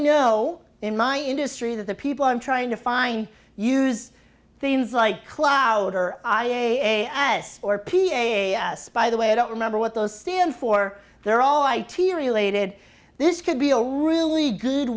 know in my industry that the people i'm trying to find use things like cloud or i a s or p a s by the way i don't remember what those stands for they're all i t related this could be a really good